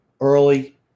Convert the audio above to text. early